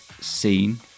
scene